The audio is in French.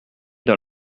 dans